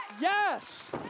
Yes